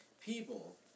People